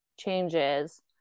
changes